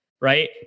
Right